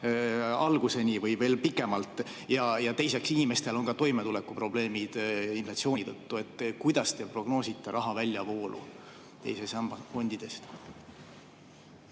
alguseni või veel pikemalt. Ja teiseks, inimestel on toimetulekuprobleemid inflatsiooni tõttu. Kuidas te prognoosite raha väljavoolu teise samba fondidest?